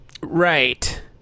Right